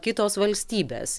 kitos valstybės